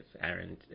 Aaron